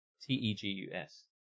T-E-G-U-S